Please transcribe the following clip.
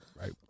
Right